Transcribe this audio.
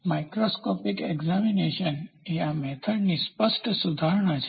microscopic examination એ આ method ની સ્પષ્ટ સુધારણા છે